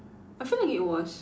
I feel like it was